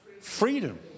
freedom